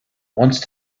once